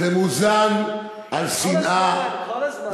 זה מוזן משנאה, כל הזמן.